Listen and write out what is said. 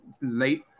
late